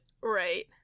right